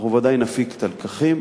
אנחנו בוודאי נפיק את הלקחים.